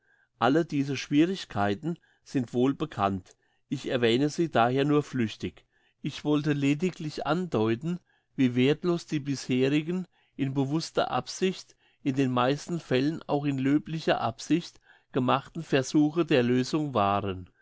alle diese schwierigkeiten sind wohlbekannt ich erwähne sie daher nur flüchtig ich wollte lediglich andeuten wie werthlos die bisherigen in bewusster absicht in den meisten fällen auch in löblicher absicht gemachten versuche der lösung waren